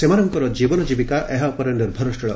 ସେମାନଙ୍କର ଜୀବନ ଜୀବିକା ଏହା ଉପରେ ନିର୍ଭରଶୀଳ